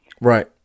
Right